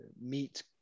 meet